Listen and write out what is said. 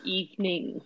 evening